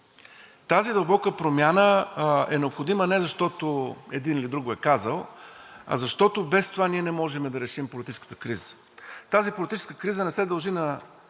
Тази дълбока промяна е необходима не защото един или друг го е казал, а защото без това ние не можем да решим политическата криза. Тази политическа криза не се дължи на